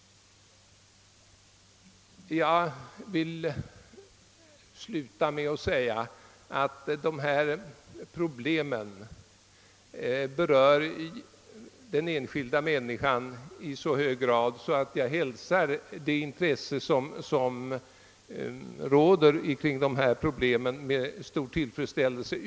Jag vill sluta med att säga att de föreliggande problemen berör den enskilda människan i så hög grad, att jag med stor tillfredsställelse hälsar det intresse som finns för dem.